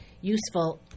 useful